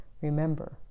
remember